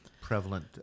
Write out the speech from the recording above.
prevalent